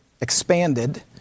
expanded